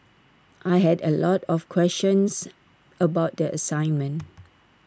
I had A lot of questions about the assignment